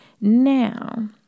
Now